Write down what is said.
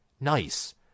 nice